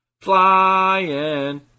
flying